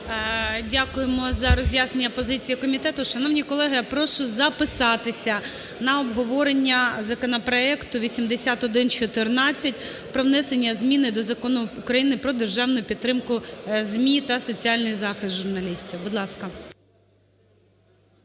Дякуємо за роз'яснення позиції комітету. Шановні колеги, прошу записатися на обговорення законопроекту 8114 про внесення зміни до Закону України "Про державну підтримку ЗМІ та соціальний захист журналістів". Будь ласка.